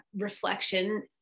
reflection